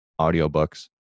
audiobooks